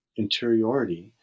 interiority